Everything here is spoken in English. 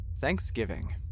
Thanksgiving